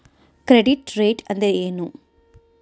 Credit rate ಅಂದರೆ ಏನು?